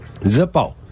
Zippo